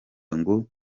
ngo